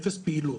אפס פעילות.